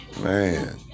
man